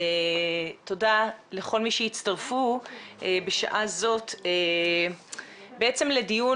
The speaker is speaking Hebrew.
תודה לכל מי שהצטרפו בשעה זאת בעצם לדיון,